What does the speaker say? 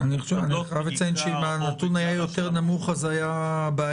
אני חייב לציין שאם הנתון היה נמוך יותר אז זו הייתה בעיה.